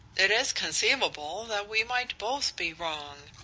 it is conceivable that we might both be wrong,